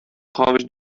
خابش